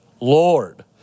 Lord